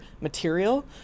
material